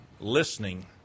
listening